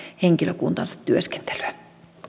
henkilökuntansa työskentelyä